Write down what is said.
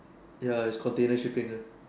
ya it continue shipping ah